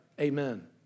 Amen